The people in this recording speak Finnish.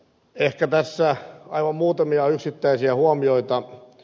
ehkä tässä aivan muutamia yksittäisiä huomioita